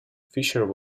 fisher